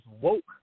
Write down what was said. woke